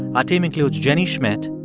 our team includes jenny schmidt,